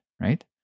right